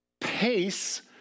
pace